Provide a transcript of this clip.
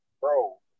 Bro